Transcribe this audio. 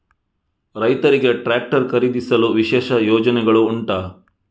ರೈತರಿಗೆ ಟ್ರಾಕ್ಟರ್ ಖರೀದಿಸಲು ವಿಶೇಷ ಯೋಜನೆಗಳು ಉಂಟಾ?